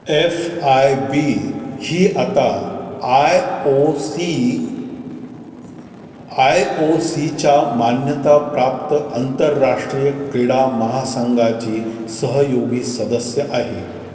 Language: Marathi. एफ आय बी ही आता आय ओ सी आय ओ सीच्या मान्यताप्राप्त आंतरराष्ट्रीय क्रीडा महासंघाची सहयोगी सदस्य आहे